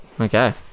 Okay